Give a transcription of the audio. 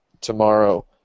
tomorrow